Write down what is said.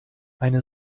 eine